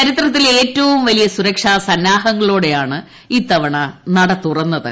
ചരിത്രത്തിലെ ഏറ്റവും വലിയ സുരക്ഷാ സന്നാഹങ്ങളോടെയാണ് ഇത്തവണ നട തുറന്നത്